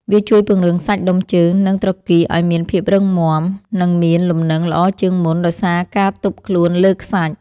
វាជួយពង្រឹងសាច់ដុំជើង និងត្រគាកឱ្យមានភាពរឹងមាំ និងមានលំនឹងល្អជាងមុនដោយសារការទប់ខ្លួនលើខ្សាច់។